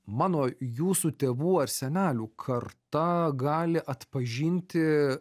mano jūsų tėvų ar senelių karta gali atpažinti